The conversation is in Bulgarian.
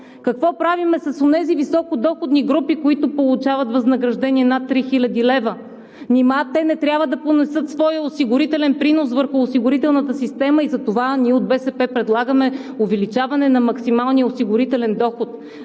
Какво правим с онези високодоходни групи, които получават възнаграждения над 3000 лв.? Нима те не трябва да понесат своя осигурителен принос върху осигурителната система? И затова ние от БСП предлагаме увеличаване на максималния осигурителен доход,